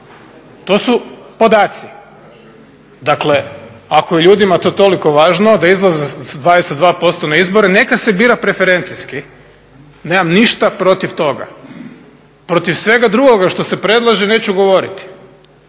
To su podaci. Dakle, ako je ljudima to toliko važno da izlaze sa 22% na izbore neka se bira preferencijski, nemam ništa protiv toga. Protiv svega drugoga što se predlaže neću govoriti.